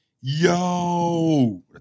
yo